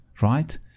right